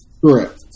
Correct